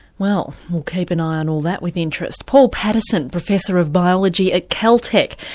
well, we'll keep an eye on all that with interest. paul patterson, professor of biology at caltech.